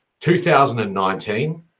2019